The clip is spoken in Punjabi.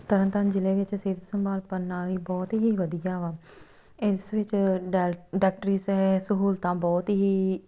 ਤਰਨਤਾਰਨ ਜਿਲ੍ਹੇ ਵਿੱਚ ਸਿਹਤ ਸੰਭਾਲ ਪ੍ਰਣਾਲੀ ਬਹੁਤ ਹੀ ਵਧੀਆ ਵਾ ਇਸ ਵਿੱਚ ਡਾ ਡਾਕਟਰੀ ਸਹਿ ਸਹੂਲਤਾਂ ਬਹੁਤ ਹੀ